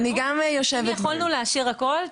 אני גם יושבת --- אם יכולנו לאשר הכול,